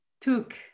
took